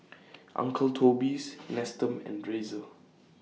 Uncle Toby's Nestum and Razer